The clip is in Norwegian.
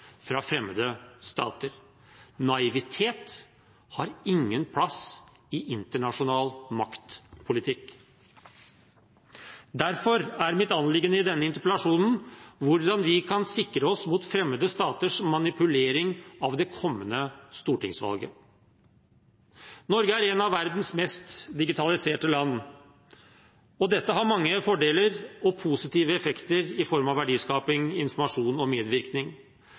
fra fremmede stater. Naivitet har ingen plass i internasjonal maktpolitikk. Derfor er mitt anliggende i denne interpellasjonen hvordan vi kan sikre oss mot fremmede staters manipulering av det kommende stortingsvalget. Norge er et av verdens mest digitaliserte land. Dette har mange fordeler og positive effekter i form av verdiskaping, informasjon og medvirkning.